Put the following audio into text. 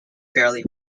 fairly